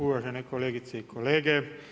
Uvažene kolegice i kolege.